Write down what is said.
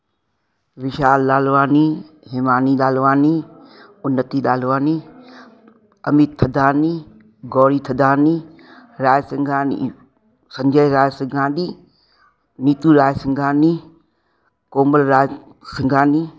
Vishal Lalwani Himani Lalwani Unnati Lalwani Amit Thadani Gauri Thadani Rai Singhani Sanjay Raj Singhani Neetu Raj Singhani Komal Raj Singhani